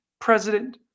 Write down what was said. president